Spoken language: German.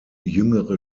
jüngere